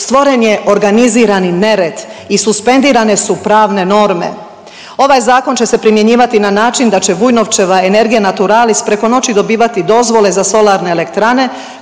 stvoren je organizirani nered i suspendirane su pravne norme. Ovaj zakon će se primjenjivati na način da će Vujnovčeva Energija Naturalis preko noći dobivati dozvole za solarne elektrane